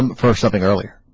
um for shopping early ah.